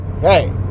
hey